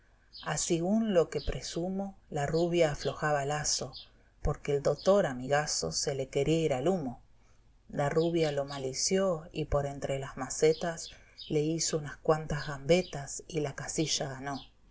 campo asigún lo que presumo la rubia aflojaba lazo porque el dotor amigaso se le quería ir al humo la rubia lo malició y por entre las macetas le hizo unas cuantas gambetas y la casilla ganó